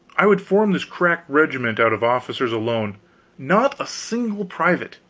i would form this crack regiment out of officers alone not a single private.